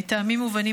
מטעמים מובנים,